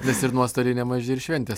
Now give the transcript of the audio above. nes ir nuostoliai nemaži ir šventės